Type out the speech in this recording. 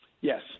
Yes